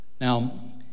Now